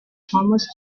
thomas